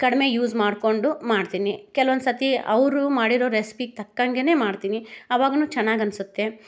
ಕಡಿಮೆ ಯೂಸ್ ಮಾಡಿಕೊಂಡು ಮಾಡ್ತೀನಿ ಕೆಲ್ವೊಂದು ಸತಿ ಅವರು ಮಾಡಿರೋ ರೆಸ್ಪಿಗೆ ತಕ್ಕಂಗೆ ಮಾಡ್ತೀನಿ ಅವಾಗುನೂ ಚೆನ್ನಾಗಿ ಅನಿಸುತ್ತೆ